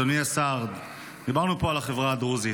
אדוני השר, דיברנו פה על החברה הדרוזית.